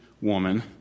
woman